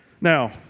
Now